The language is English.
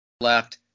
Left